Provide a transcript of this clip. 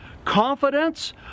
confidence